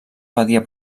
badia